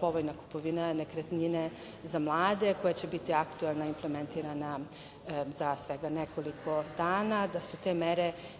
povoljna kupovina nekretnine za mlade koja će biti aktuelna i implementirana za svega nekoliko dana da su te mere